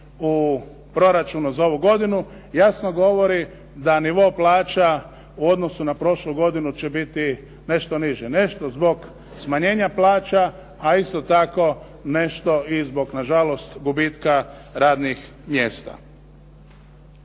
u proračunu za ovu godinu, jasno govori da nivo plaća u odnosu na prošlu godinu će biti nešto niže. Nešto zbog smanjenja plaća, a isto tako nešto zbog na žalost gubitka radnih mjesta.